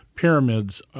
pyramids